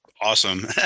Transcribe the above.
awesome